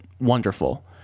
wonderful